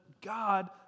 God